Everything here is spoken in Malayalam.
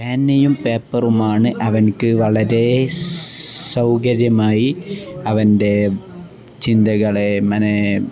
പേനയും പേപ്പറുമാണ് അവനു വളരെ സൗകര്യമായി അവൻ്റെ ചിന്തകളെ